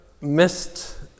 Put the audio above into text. missed